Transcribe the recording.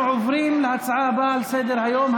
אנחנו עוברים להצעה הבאה על סדר-היום,